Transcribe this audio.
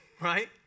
Right